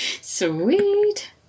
Sweet